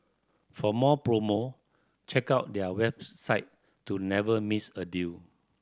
for more promo check out their website to never miss a deal